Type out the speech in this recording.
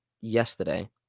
yesterday